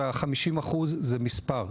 וה-50% זה מספר,